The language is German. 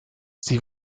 sie